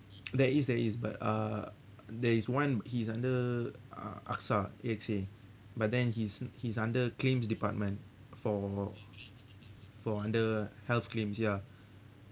there is there is but uh there is one he's under uh axa A_X_A but then he's he's under claims department for for under health claims ya